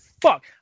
fuck